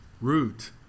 root